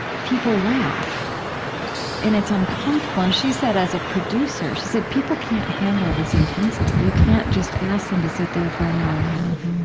people laugh because and it's uncomfortable. and she said, as a producer, she said, people can't handle this intensity. you can't just ask them to sit there for an hour and a half.